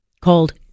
called